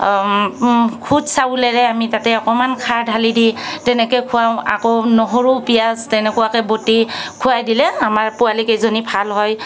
খুদ চাউলেৰে আমি তাতেই অকণমান খাৰ ধালি দি তেনেকৈ খুৱাঁও আকৌ নহৰু পিঁয়াজ তেনেকুৱাকৈ বটি খুৱাই দিলে আমাৰ পোৱালীকেইজনী ভাল হয়